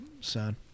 son